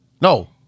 No